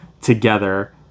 together